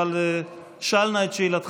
אבל שאל נא את שאלתך.